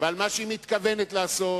ועל מה שהיא מתכוונת לעשות,